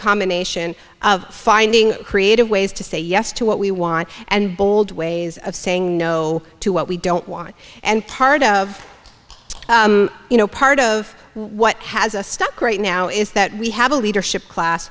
combination of finding creative ways to say yes to what we want and bold ways of saying no to what we don't want and part of you know part of what has a stock right now is that we have a leadership class